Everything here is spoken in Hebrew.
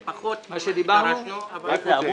זה פחות ממה שדרשנו, אבל על זה